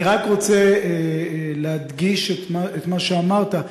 ++ אני רק רוצה להדגיש את מה שאמרת,